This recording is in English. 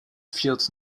feels